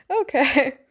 Okay